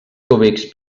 cúbics